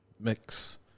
mix